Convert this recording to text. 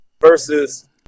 versus